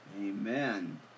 Amen